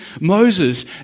Moses